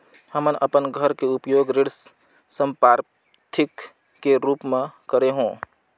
हमन अपन घर के उपयोग ऋण संपार्श्विक के रूप म करे हों